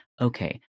okay